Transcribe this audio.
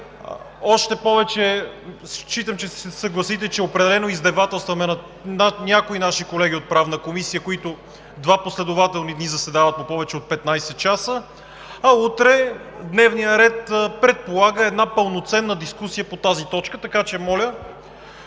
Още повече, считам, ще се съгласите, че определено издевателстваме над някои наши колеги от Правната комисия, които два последователни дни заседават по повече от 15 часа. Утре дневният ред предполага една пълноценна дискусия по тази точка. Моля